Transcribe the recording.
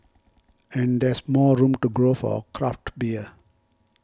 and there's more room to grow for craft beer